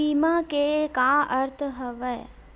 बीमा के का अर्थ हवय?